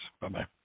Bye-bye